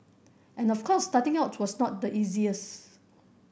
and of course starting out was not the easiest